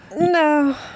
No